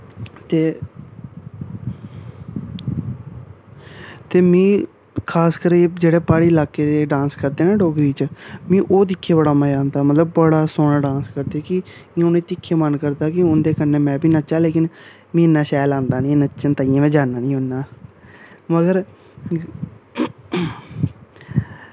ते ते मीं खास करी जेह्ड़े प्हाड़ी लाके दे एह् डांस करदे न डोगरी च मिगी ओह् दिक्खियै बड़ा मज़ा आंदा ऐ मतलब बड़ा सोह्ना डांस करदे ऐ कि उ'नेंगी दिक्खियै मन करदा कि उं'दे कन्नै में बी नच्चां लेकिन मीं इ'न्ना शैल आंदा नी ऐ नच्चन ताइयें जन्ना नी होन्ना मगर